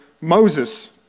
Moses